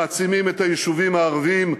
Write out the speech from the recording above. מעצימים את היישובים הערביים,